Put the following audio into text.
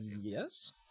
yes